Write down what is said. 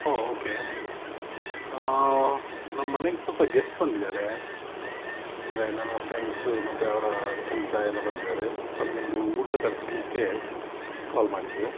ಓಹ್ okay ನಮ್ಮನೆಗೆ ಸ್ವಲ್ಪ guest ಬಂದಿದ್ದಾರೆ ಅಂದರೆ ನನ್ನ ಫ್ರೆಂಡ್ಸು ಮತ್ತು ಅವರ ತಂದೆ ತಾಯಿಯೆಲ್ಲ ಬಂದಿದ್ದಾರೆ ಅವ್ರಿಗೊಂದು ಊಟ ತರಿಸಲಿಕ್ಕೆ ಕಾಲ್ ಮಾಡಿದ್ದು